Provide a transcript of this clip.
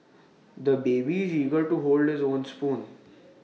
the baby is eager to hold his own spoon